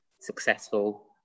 successful